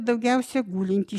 daugiausia gulintys